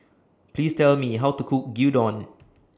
Please Tell Me How to Cook Gyudon